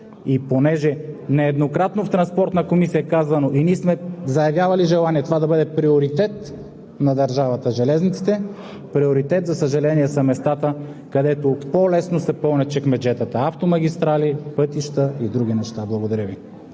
Нееднократно в Транспортната комисия е казвано и ние сме заявявали желание това да бъде приоритет на държавата – железниците, но приоритет, за съжаление, са местата, където по-лесно се пълнят чекмеджетата – автомагистрали, пътища и други неща. Благодаря Ви.